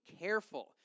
careful